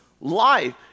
life